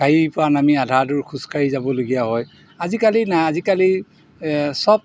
গাড়ীৰপৰা নামি আধা দূৰ খোজকাঢ়ি যাবলগীয়া হয় আজিকালি নাই আজিকালি চব